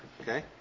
okay